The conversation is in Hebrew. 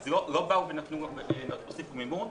אז לא הוסיפו מימון,